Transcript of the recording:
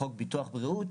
לחוק ביטוח בריאות